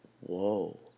whoa